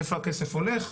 איפה הכסף הולך,